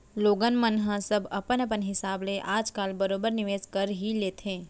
लोगन मन ह सब अपन अपन हिसाब ले आज काल बरोबर निवेस कर ही लेथे